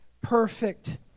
Perfect